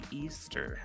easter